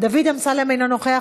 דוד אמסלם, אינו נוכח.